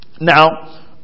Now